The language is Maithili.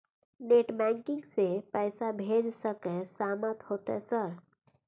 नेट बैंकिंग से पैसा भेज सके सामत होते सर?